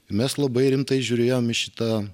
mes labai rimtai žiūrėjom į šitą